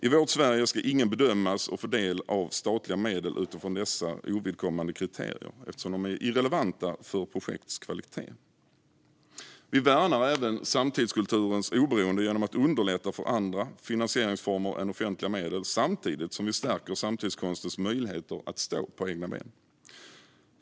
I vårt Sverige ska ingen bedömas och få del av statliga medel utifrån dessa ovidkommande kriterier, eftersom de är irrelevanta för projekts kvalitet. Vi värnar även samtidskulturens oberoende genom att underlätta för andra finansieringsformer än offentliga medel, samtidigt som vi stärker samtidskonstens möjligheter att stå på egna ben.